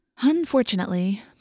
Unfortunately